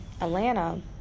Atlanta